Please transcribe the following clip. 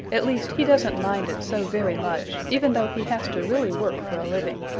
at least he doesn't mind it so very much, even though he has to really work for a living.